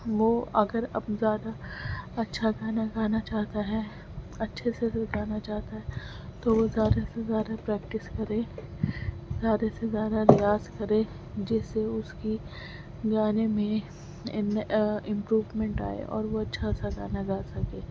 وہ اگر اب زیادہ اچھا گانا گانا چاہتا ہے اچھے سے کوئی گانا چاہتا ہے تو وہ زیادہ سے زیادہ پریکٹس کرے زیادہ سے زیادہ ریاض کرے جس سے اس کی گانے میں امپروومینٹ آئے اور وہ اچھا سا گانا گا سکے